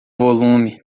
volume